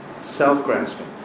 Self-grasping